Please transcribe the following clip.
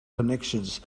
connections